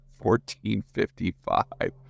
1455